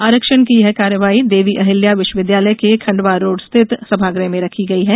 आरक्षण की यह कार्रवाई देवी अहिल्या विष्वविद्यालय के खंडवा रोड स्थित सभागृह में रखी गई है